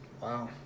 Wow